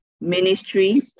ministry